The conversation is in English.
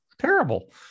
terrible